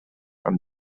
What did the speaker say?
from